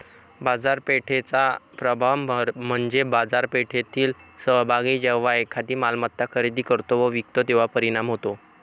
बाजारपेठेचा प्रभाव म्हणजे बाजारपेठेतील सहभागी जेव्हा एखादी मालमत्ता खरेदी करतो व विकतो तेव्हा परिणाम होतो